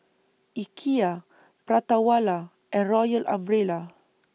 Ikea Prata Wala and Royal Umbrella